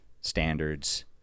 standards